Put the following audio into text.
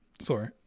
Sorry